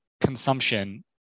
consumption